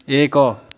ଏକ